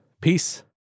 Peace